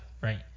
Right